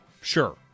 Sure